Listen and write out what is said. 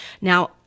Now